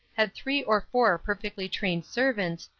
had three or four perfectly trained servants,